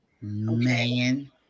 Man